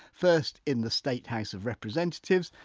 first in the state house of representatives,